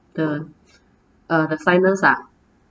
uh uh the sinus ah